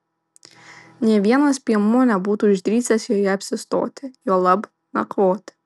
nė vienas piemuo nebūtų išdrįsęs joje apsistoti juolab nakvoti